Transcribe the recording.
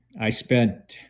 i spent